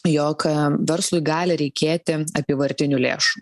jogverslui gali reikėti apyvartinių lėšų